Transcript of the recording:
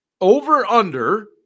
over-under